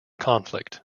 conflict